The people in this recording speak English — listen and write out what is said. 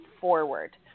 forward